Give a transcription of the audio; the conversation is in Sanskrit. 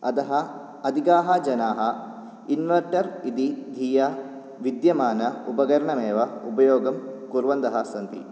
अतः अधिकाः जनाः इन्वर्टर् इति धिया विद्यमान उपकरणमेव उपयोगं कुर्वन्तः सन्ति